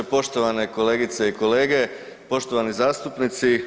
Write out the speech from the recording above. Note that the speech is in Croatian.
Poštovane kolegice i kolege, poštovani zastupnici.